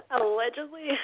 Allegedly